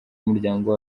umuryango